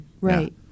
right